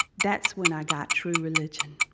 that's when i got true religion.